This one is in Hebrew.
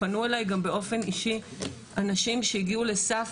פנו אלי גם באופן אישי אנשים שהגיעו לסף